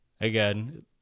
Again